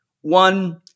One